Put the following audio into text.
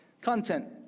Content